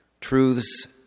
truths